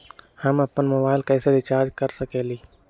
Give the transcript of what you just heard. हम अपन मोबाइल कैसे रिचार्ज कर सकेली?